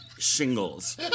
shingles